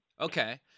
Okay